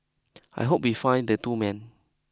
I hope we find the two men